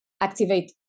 activate